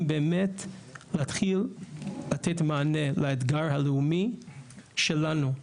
באמת להתחיל לתת מענה לאתגר הלאומי שלנו.